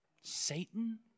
Satan